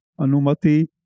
Anumati